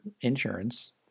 insurance